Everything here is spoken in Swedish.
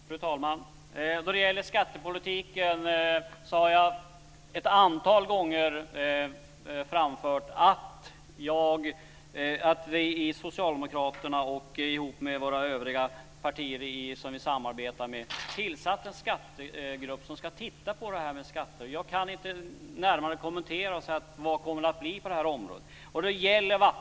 Fru talman! När det gäller skattepolitiken har jag ett antal gånger framfört att vi socialdemokrater tillsammans med våra samarbetspartier har tillsatt en skattegrupp som ska titta på detta med skatter. Jag kan inte lämna närmare besked om hur det kommer att bli på det här området.